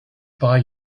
buy